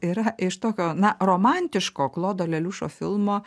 yra iš tokio na romantiško klodo leliušo filmo